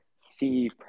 see